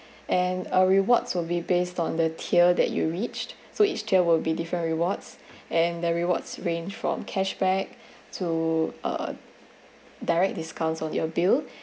and a rewards will be based on the tier that you reached so each tier will be different rewards and the rewards range from cashback to a direct discounts on your bill